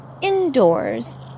indoors